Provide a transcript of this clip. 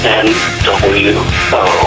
nwo